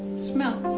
smell.